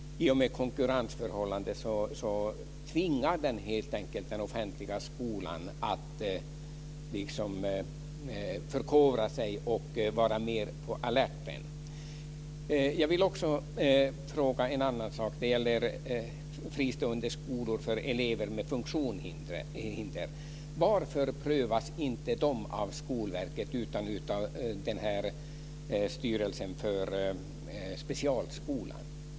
I och med konkurrensförhållandet tvingar den helt enkelt den offentliga skolan att förkovra sig och vara mer på alerten. Jag vill också fråga en annan sak, och det gäller fristående skolor för elever med funktionshinder. Varför prövas inte de av Skolverket utan av styrelsen för specialskolan?